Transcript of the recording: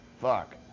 fuck